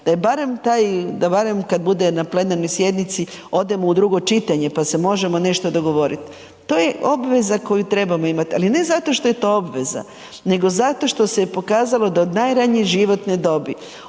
da barem kad bude na plenarnoj sjednici odemo u drugo čitanje, pa se možemo nešto dogovorit. To je obveza koju trebamo imat, ali ne zato što je to obveza, nego zato što se je pokazalo da od najranije životne dobi